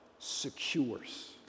secures